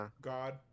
God